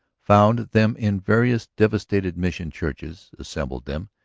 found them in various devastated mission churches, assembled them,